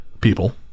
people